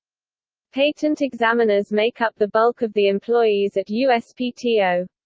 patent examiners make up the bulk of the employees at uspto.